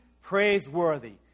praiseworthy